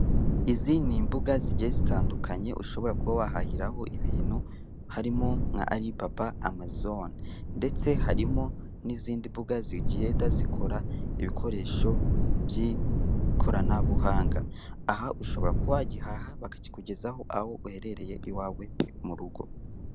Izi ni imbuga zigiye zitandukanye ushobora kuba wahahiraho ibintu harimo nka Alibaba, Amazoni ndetse harimo n'izindi mbuga zigenda zikora ibikoresho by'ikoranabuhanga. Aha ushobora kuba wagihaha bakakikugezaho aho uherereye iwawe mu rugo.